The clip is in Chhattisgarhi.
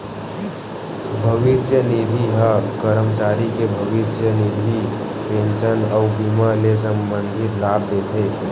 भविस्य निधि ह करमचारी के भविस्य निधि, पेंसन अउ बीमा ले संबंधित लाभ देथे